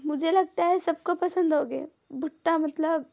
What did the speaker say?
मुझे लगता है सबको पसंद होंगे भुट्टा मतलब